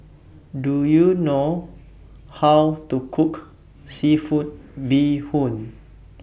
Do YOU know How to Cook Seafood Bee Hoon